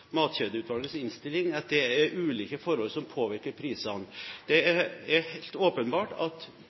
Matkjedeutvalgets innstilling at det er ulike forhold som påvirker prisene. Det er helt åpenbart at